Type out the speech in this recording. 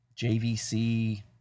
JVC